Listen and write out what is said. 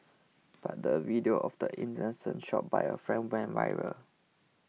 but a video of the incident shot by a friend went viral